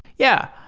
yeah.